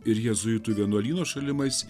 ir jėzuitų vienuolyno šalimais